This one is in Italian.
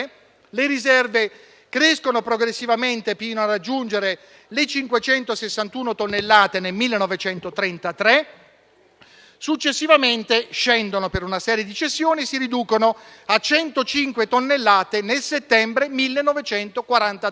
le riserve crescono progressivamente fino a raggiungere le 561 tonnellate nel 1933, successivamente scendono per una serie di cessioni e si riducono a 105 tonnellate nel settembre 1943,